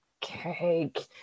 cake